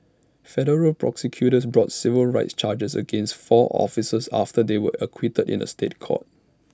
federal prosecutors brought civil rights charges against four officers after they were acquitted in A State Court